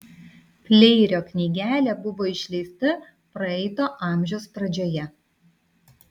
pleirio knygelė buvo išleista praeito amžiaus pradžioje